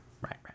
right